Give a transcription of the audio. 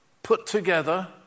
put-together